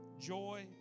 joy